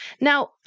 Now